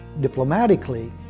diplomatically